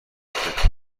فکر